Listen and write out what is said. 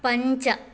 पञ्च